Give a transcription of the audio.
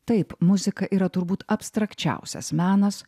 taip muzika yra turbūt abstrakčiausias menas